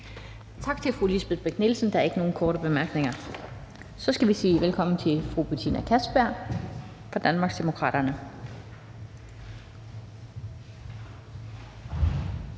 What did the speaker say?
Tak til fru Lisbeth Bech-Nielsen. Der er ikke nogen korte bemærkninger. Så skal vi sige velkommen til Danmarksdemokraternes